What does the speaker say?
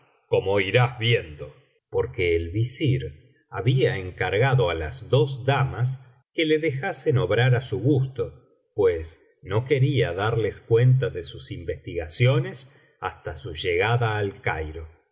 como irás viendo porque el visir había encargado á las dos damas que le dejasen obrar á su gusto pues no quería darles cuenta de sus investigaciones hasta su llegada al cairo llamó pues á